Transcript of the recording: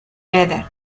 better